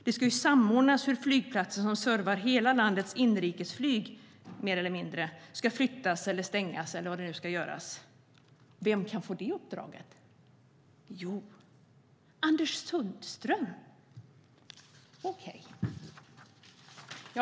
Det ska ju samordnas hur flygplatsen som servar hela landets inrikesflyg, mer eller mindre, ska flyttas eller stängas eller vad som nu ska göras. Vem kan få det uppdraget? Jo, Anders Sundström. Okej.